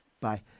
Bye